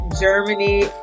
germany